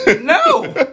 No